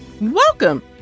Welcome